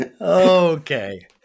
Okay